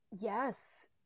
Yes